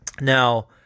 now